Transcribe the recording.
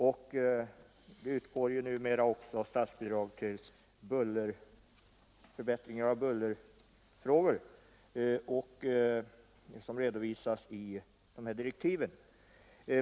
Såsom redovisas i utredningsdirektiven utgår statsbidrag numera också för åtgärder mot buller.